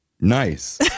Nice